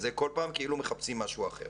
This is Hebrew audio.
כל פעם כאילו מחפשים משהו אחר